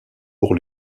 pour